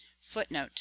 footnote